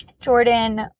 Jordan